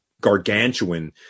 gargantuan